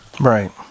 Right